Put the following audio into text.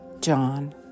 John